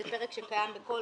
זה פרק שקיים בכל